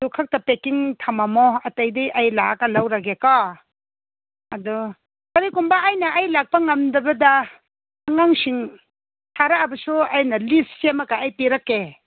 ꯑꯗꯨ ꯈꯛꯇ ꯄꯦꯛꯀꯤꯡ ꯊꯃꯝꯃꯣ ꯑꯇꯩꯗꯤ ꯑꯩ ꯂꯥꯛꯑꯒ ꯂꯧꯔꯒꯦꯀꯣ ꯑꯗꯣ ꯀꯔꯤꯒꯨꯝꯕ ꯑꯩꯅ ꯑꯩ ꯂꯥꯛꯄ ꯉꯝꯗꯕꯗ ꯑꯉꯥꯡꯁꯤꯡ ꯊꯥꯔꯛꯑꯕꯁꯨ ꯑꯩꯅ ꯂꯤꯁ ꯁꯦꯝꯃꯒ ꯑꯩ ꯄꯤꯔꯛꯀꯦ